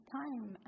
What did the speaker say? time